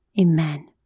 Amen